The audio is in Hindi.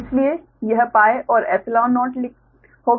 तो इसलिए यह 𝜋 और 𝜖0 होगा